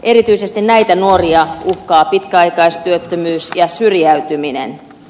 erityisesti näitä nuoria uhkaa pitkäaikaistyöttömyys ja syrjäytyminen